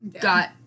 got